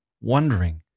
wondering